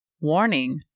Warning